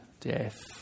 death